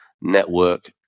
network